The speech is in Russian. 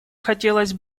хотелось